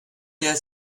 der